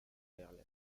berlin